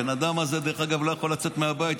הבן אדם הזה לא יכול לצאת מהבית,